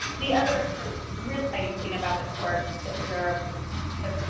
the other real exciting thing about the course that we're kind of